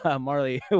Marley